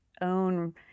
own